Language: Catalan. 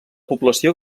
població